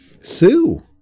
Sue